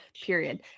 Period